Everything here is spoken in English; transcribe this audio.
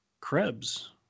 Krebs